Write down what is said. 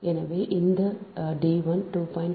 எனவே இந்த d 1 2